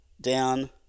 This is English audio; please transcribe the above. down